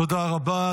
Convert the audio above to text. תודה רבה.